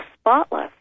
spotless